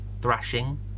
thrashing